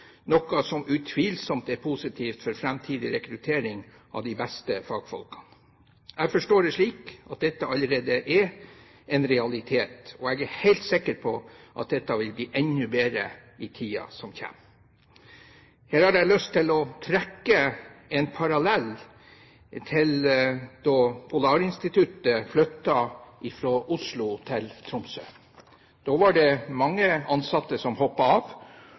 noe som utvilsomt er positivt for framtidig rekruttering av de beste fagfolkene. Jeg forstår det slik at dette allerede er en realitet, og jeg er helt sikker på at dette vil bli enda bedre i tiden som kommer. Her har jeg lyst til å trekke en parallell til da Polarinstituttet flyttet fra Oslo til Tromsø. Da var det mange ansatte som hoppet av,